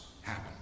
happen